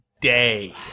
day